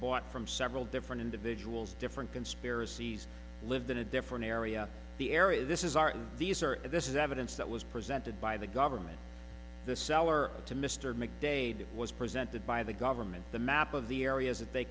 bought from several different individuals different conspiracies lived in a different area the area this is are these are and this is evidence that was presented by the government the seller to mr mcdaid was presented by the government the map of the areas that they